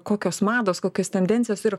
kokios mados kokios tendencijos ir